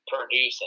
producing